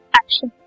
action